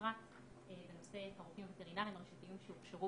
בפרט בנושא הרופאים הווטרינריים הרשותיים שהוכשרו